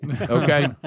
okay